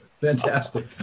Fantastic